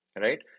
right